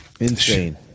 insane